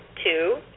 Two